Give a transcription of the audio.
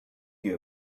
you